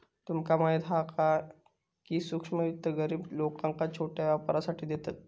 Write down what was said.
तुमका माहीत हा काय, की सूक्ष्म वित्त गरीब लोकांका छोट्या व्यापारासाठी देतत